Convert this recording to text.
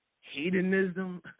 hedonism